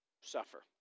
suffer